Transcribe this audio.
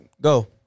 Go